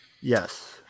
yes